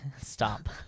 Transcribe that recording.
stop